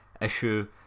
issue